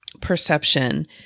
perception